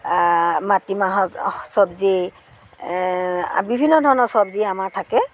মাতিমাহৰ চব্জি বিভিন্ন ধৰণৰ চব্জি আমাৰ থাকে